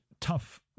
tough